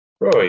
Roy